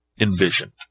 envisioned